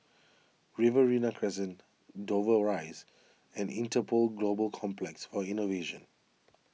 Riverina Crescent Dover Rise and Interpol Global Complex for Innovation